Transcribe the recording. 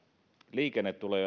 liikenne tulee